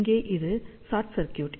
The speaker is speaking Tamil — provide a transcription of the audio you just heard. இங்கே இது ஷொர்ட் சர்க்யூட்